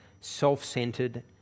self-centered